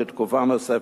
לתקופה נוספת,